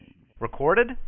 Recorded